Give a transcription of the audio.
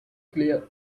clear